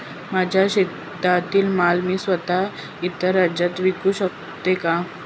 माझ्या शेतातील माल मी स्वत: इतर राज्यात विकू शकते का?